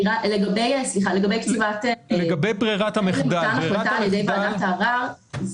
לגבי קציבת מתן החלטה על ידי ועדת הערר,